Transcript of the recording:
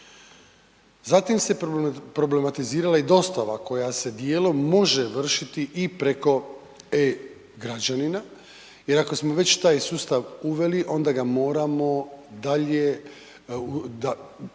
Zatim se problematizirala i dostava koja se dijelom može vršiti i preko e-građanina jer ako smo već taj sustav uveli, onda ga moramo dalje dakle